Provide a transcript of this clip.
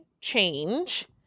Change